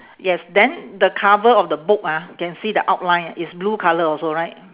yes then the cover of the book ah can see the outline is blue colour also right